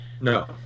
No